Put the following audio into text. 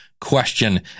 Question